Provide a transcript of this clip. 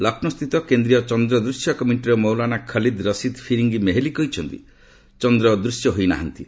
ଲକ୍ଷ୍ନୌସ୍ଥିତ କେନ୍ଦ୍ରୀୟ ଚନ୍ଦ୍ର ଦୂଶ୍ୟ କମିଟିର ମୌଲାନା ଖଲିଦ ରସିଦ ଫିରଙ୍ଗି ମେହେଲି କହିଛନ୍ତି ଚନ୍ଦ୍ର ଦୃଶ୍ୟ ହୋଇନାହାନ୍ତି